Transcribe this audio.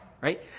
Right